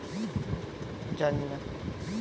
আমার বীমার টাকা যখন মেচিওড হবে তখন বুঝবো কিভাবে?